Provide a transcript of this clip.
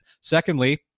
Secondly